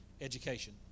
Education